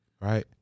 right